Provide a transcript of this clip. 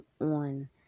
on